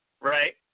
Right